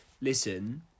listen